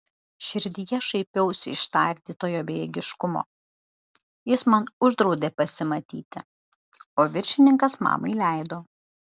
širdyje šaipiausi iš tardytojo bejėgiškumo jis man uždraudė pasimatyti o viršininkas mamai leido